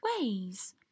ways